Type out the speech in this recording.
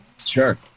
Sure